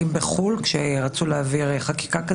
חברים,